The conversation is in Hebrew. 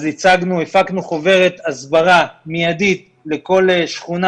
אז הפקנו חוברת הסברה מיידית לכל שכונה